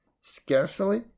Scarcely